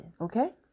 Okay